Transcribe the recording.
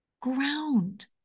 Ground